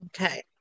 Okay